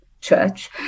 church